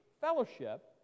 fellowship